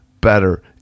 better